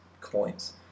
coins